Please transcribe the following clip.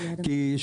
כי,